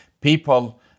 people